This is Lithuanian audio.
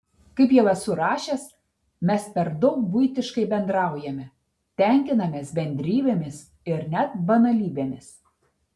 kaip jau esu rašęs mes per daug buitiškai bendraujame tenkinamės bendrybėmis ir net banalybėmis